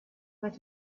but